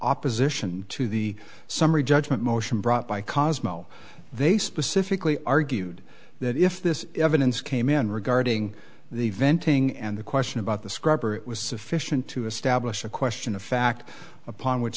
opposition to the summary judgment motion brought by cosmos they specifically argued that if this evidence came in regarding the venting and the question about the scrubber it was sufficient to establish a question of fact upon which